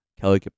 Kelly